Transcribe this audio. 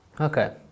Okay